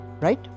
right